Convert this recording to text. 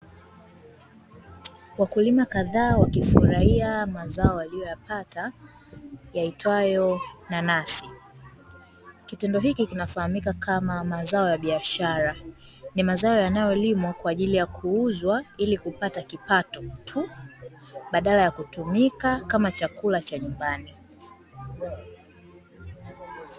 Wakulima kadhaa wakifurahia mazao waliyoyapata, yaitwayo nanasi. Kitendo hiki kinafahamika kama mazao ya biashara, ni mazao yanayolimwa kwa ajili ya kuuzwa ili kupata kipato tu, badala ya kutumika kama chakula cha nyumbani.